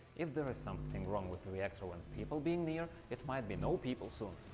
if there is something wrong with reactor when people being near it might be no people so